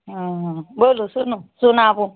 ओ बोलू सुनू सुनाबू